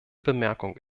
bemerkung